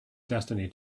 destiny